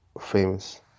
famous